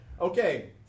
Okay